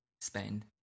spend